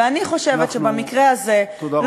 ואני חושבת, אנחנו, שבמקרה הזה, תודה רבה.